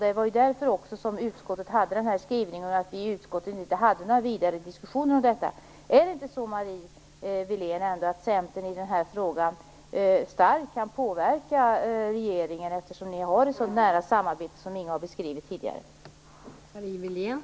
Det var också därför som utskottet gjorde den här skrivningen och inte diskuterade detta vidare. Är det inte så, Marie Wilén, att Centern i den här frågan starkt kan påverka regeringen eftersom ni har ett sådant nära samarbete, som Inge Carlsson tidigare beskrivit?